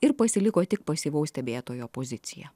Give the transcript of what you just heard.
ir pasiliko tik pasyvaus stebėtojo poziciją